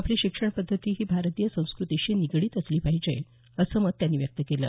आपली शिक्षण पद्धती ही भारतीय संस्कृतीशी निगडीत असली पाहिजे असं मत त्यांनी व्यक्त केलं